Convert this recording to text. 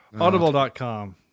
Audible.com